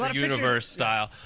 um universe style.